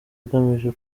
agamije